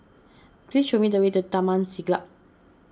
please show me the way to Taman Siglap